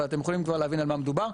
אבל אתם יכולים כבר להבין על מה מדובר.